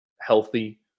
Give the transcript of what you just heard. healthy